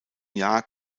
jahr